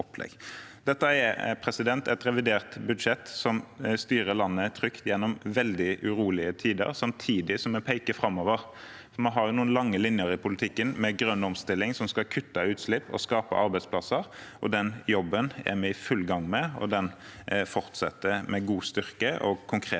Dette er et revidert budsjett som styrer landet trygt gjennom veldig urolige tider, samtidig som vi peker framover. Vi har noen lange linjer i politikken, med grønn omstilling, som skal kutte utslipp og skape arbeidsplasser. Den jobben er vi i full gang med, og den fortsetter med god styrke og konkrete tiltak